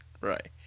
Right